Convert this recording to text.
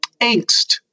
angst